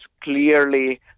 clearly